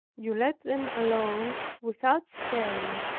you let them alone without stirring,